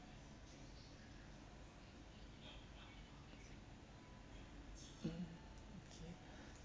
mm okay